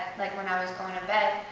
like, when i was going to bed,